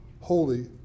holy